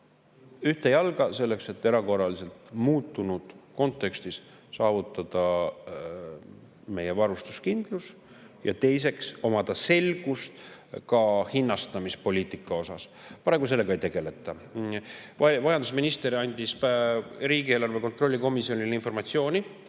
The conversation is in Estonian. ühte jalga, et erakorraliselt muutunud kontekstis saavutada meie varustuskindlus, ja teiseks, omada selgust ka hinnastamispoliitika osas. Praegu sellega ei tegeleta. Majandusminister andis riigieelarve kontrolli erikomisjonile informatsiooni,